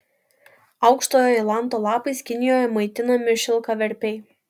aukštojo ailanto lapais kinijoje maitinami šilkaverpiai